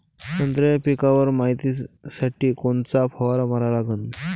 संत्र्याच्या पिकावर मायतीसाठी कोनचा फवारा मारा लागन?